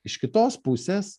iš kitos pusės